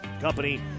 Company